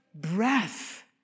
breath